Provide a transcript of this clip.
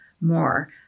more